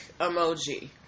emoji